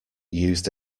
used